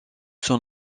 son